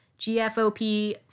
GFOP